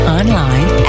online